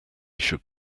should